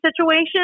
situation